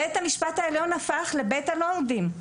בית המשפט העליון הפך לבית הלורדים.